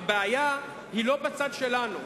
הבעיה היא לא בצד שלנו.